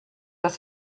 dass